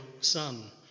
son